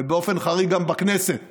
ובאופן חריג גם בכנסת התנגדתי.